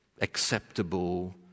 acceptable